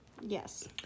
Yes